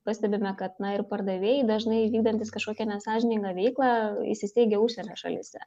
pastebime kad na ir pardavėjai dažnai vykdantis kažkokią nesąžiningą veiklą įsisteigę užsienio šalyse